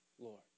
Lord